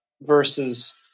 versus